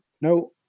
no